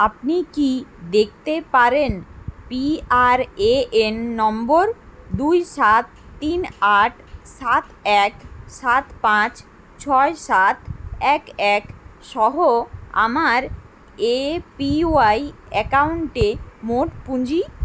আপনি কি দেখতে পারেন পিআরএএন নম্বর দুই সাত তিন আট সাত এক সাত পাঁচ ছয় সাত এক এক সহ আমার এপিওয়াই অ্যাকাউন্টে মোট পুঁজি